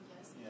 Yes